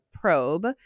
Probe